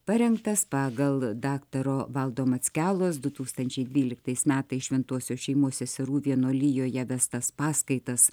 parengtas pagal daktaro valdo mackelos du tūkstančiai dvyliktais metais šventosios šeimos seserų vienuolijoje vestas paskaitas